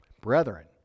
brethren